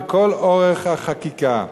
לכל אורך החקיקה,